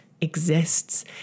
exists